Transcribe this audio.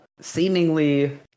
seemingly